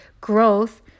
growth